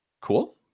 Cool